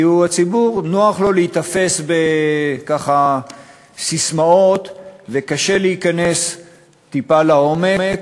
כי לציבור נוח להיתפס לססמאות וקשה לו להיכנס טיפה לעומק,